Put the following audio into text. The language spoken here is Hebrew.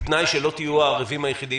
ובתנאי שלא תהיו הערבים היחידים,